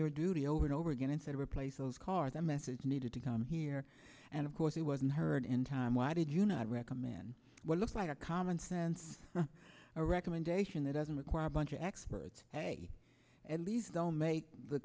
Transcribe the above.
your duty over and over again instead replace those car that message needed to come here and of course he wasn't heard in time why did you not recommend what looks like a common sense a recommendation that doesn't require a bunch of experts at least don't make the